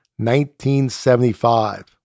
1975